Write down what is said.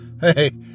hey